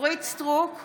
(קוראת בשמות חברות הכנסת) אורית מלכה סטרוק,